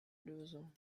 lösung